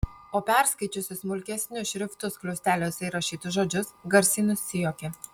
o perskaičiusi smulkesniu šriftu skliausteliuose įrašytus žodžius garsiai nusijuokė